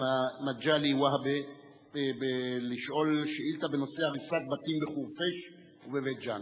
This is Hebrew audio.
מגלי והבה לשאול שאילתא בנושא: הריסת בתים בחורפיש ובבית-ג'ן.